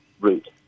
route